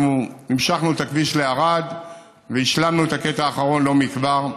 המשכנו את הכביש לערד והשלמנו את הקטע האחרון לא מכבר.